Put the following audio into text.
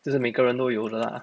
这是每个人都有的啦